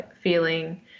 feeling